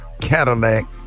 Cadillac